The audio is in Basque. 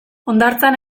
hondartzan